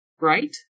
right